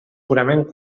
purament